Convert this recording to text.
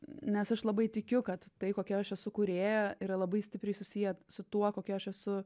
nes aš labai tikiu kad tai kokia aš esu kūrėja yra labai stipriai susiję su tuo kokia aš esu